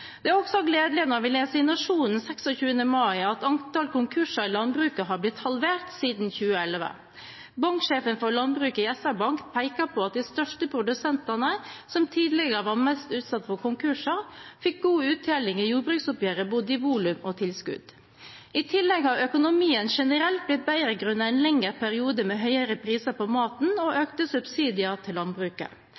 Det er også gledelig å lese i Nationen 26. mai at antall konkurser i landbruket er halvert siden 2011. Banksjefen for landbruket i SR-bank peker på at de største produsentene, som tidligere var mest utsatt for konkurser, fikk god uttelling i jordbruksoppgjøret i både volum og tilskudd. I tillegg har økonomien generelt blitt bedre grunnet en lengre periode med høyere priser på mat og